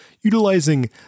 utilizing